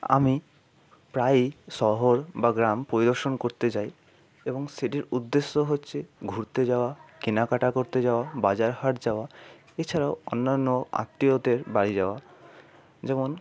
আমি প্রায়ই শহর বা গ্রাম পরিদর্শন করতে যাই এবং সেটির উদ্দেশ্য হচ্ছে ঘুরতে যাওয়া কেনাকাটা করতে যাওয়া বাজার হাট যাওয়া এছাড়াও অন্যান্য আত্মীয়দের বাড়ি যাওয়া যেমন